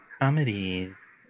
comedies